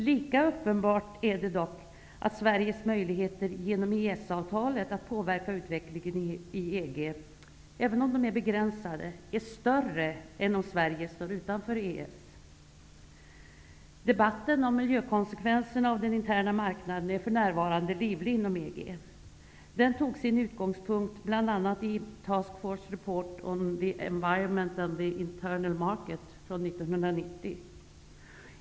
Lika uppenbart är det dock att Sveriges möjligheter att genom EES-avtalet påverka utvecklingen i EG är större än om Sverige står utanför EES, även om de är begränsade. Debatten om miljökonsekvenserna av den interna marknaden är för närvarande livlig inom EG. Den tog sin utgångspunkt bl.a. i The Task Force Report on the Environment and the Internal Market från 1990.